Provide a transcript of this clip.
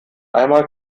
einmal